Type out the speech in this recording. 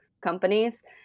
companies